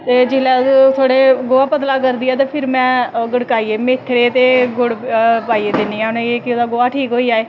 ते ओह् जिसलै गोहा पतला करदी ऐ ते में गड़काइयै मेथरे ते गुड़ गड़काइयै दिन्नी आं उनेंगी गवा दा गोहा ठीक होई जाए